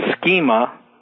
schema